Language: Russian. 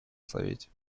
совете